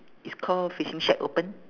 is call fishing shack open